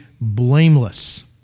blameless